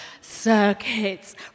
circuits